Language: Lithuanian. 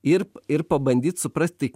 ir ir pabandyt suprast tai